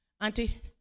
Auntie